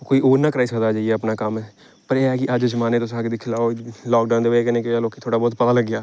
कोई होर नेईं हा कराई सकदा जियां कम्म पर एह् हा कि अज्ज दे जमान्ने च तुस दिक्खी लेओ लाकडाउन दी बजह कन्नै केह होएआ लोकें गी थोह्ड़ा बहूत लग्गेआ